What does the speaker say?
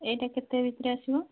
ଏଇଟା କେତେ ଭିତରେ ଆସିବ